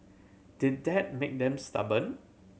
did that make them stubborn